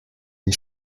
sie